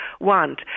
want